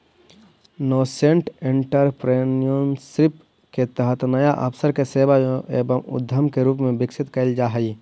nascent entrepreneurship के तहत नया अवसर के सेवा एवं उद्यम के रूप में विकसित कैल जा हई